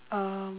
um